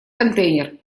контейнер